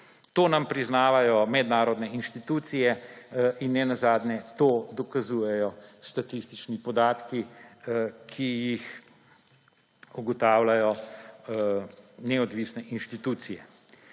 To nam priznavajo mednarodne inštitucije in nenazadnje to dokazujejo statistični podatki, ki jih ugotavljajo neodvisne inštitucije.